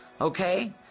Okay